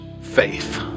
faith